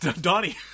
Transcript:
Donnie